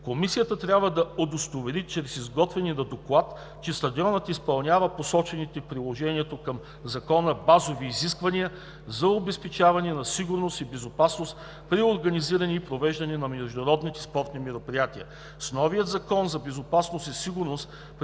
Комисията трябва да удостовери чрез изготвения доклад, че стадионът изпълнява посочените в приложението към Закона базови изисквания за обезпечаване на сигурност и безопасност при организиране и провеждане на международните спортни мероприятия.